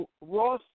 Ross